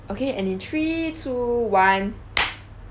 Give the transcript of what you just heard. okay and in three two one